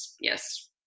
Yes